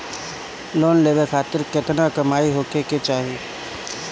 Loan लेवे खातिर केतना कमाई होखे के चाही?